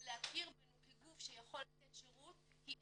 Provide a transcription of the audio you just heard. להכיר בנו כגוף שיכול לתת שירות הם אפס.